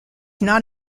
not